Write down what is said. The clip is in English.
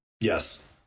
Yes